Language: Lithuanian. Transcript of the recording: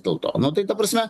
dėl to nu tai ta prasme